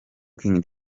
king